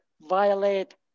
violate